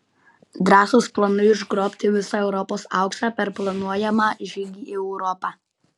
drąsūs planai užgrobti visą europos auksą per planuojamą žygį į europą